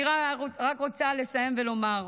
אני רק רוצה לסיים ולומר: